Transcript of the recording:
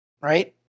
right